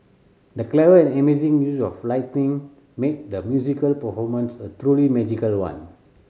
the clever and amazing use of lighting made the musical performance a truly magical one